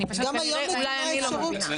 אולי אני לא מבינה.